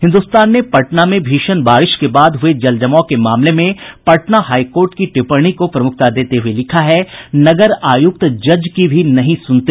हिन्द्रस्तान ने पटना में भीषण बारिश के बाद हुए जलजमाव के मामले में पटना हाईकोर्ट की टिप्पणी को प्रमुखता देते हुए लिखा है नगर आयुक्त जज की भी नहीं सुनते